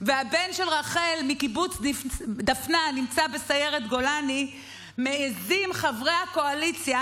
והבן של רחל מקיבוץ דפנה נמצא בסיירת גולני מעיזים חברי הקואליציה